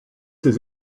ses